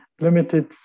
limited